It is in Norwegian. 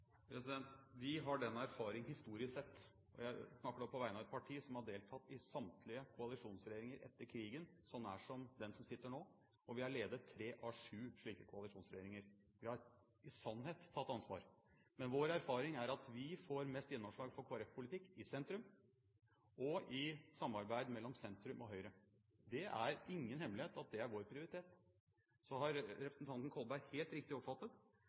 Vi har erfaring, historisk sett. Jeg snakker da på vegne av et parti som har deltatt i samtlige koalisjonsregjeringer etter krigen, så nær som den som sitter nå. Og vi har ledet tre av sju slike koalisjonsregjeringer. Vi har i sannhet tatt ansvar. Vår erfaring er at vi får mest gjennomslag for Kristelig Folkeparti-politikk i sentrum og i samarbeid mellom sentrum og Høyre. Det er ingen hemmelighet at det er vår prioritet. Så har representanten Kolberg helt riktig oppfattet